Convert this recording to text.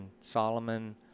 Solomon